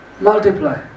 Multiply